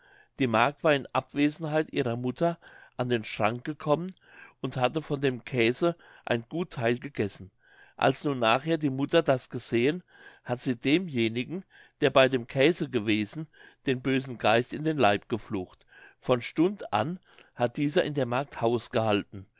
die magd war in abwesenheit ihrer mutter an den schrank gekommen und hatte von dem käse ein gut theil gegessen als nun nachher die mutter das gesehen hat sie demjenigen der bei dem käse gewesen den bösen geist in den leib geflucht von stund an hat dieser in der magd